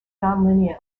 nonlinear